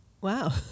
Wow